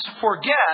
forget